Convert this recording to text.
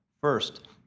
First